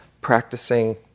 practicing